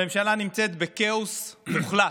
הממשלה נמצאת בכאוס מוחלט.